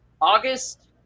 August